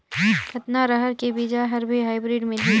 कतना रहर के बीजा हर भी हाईब्रिड मिलही?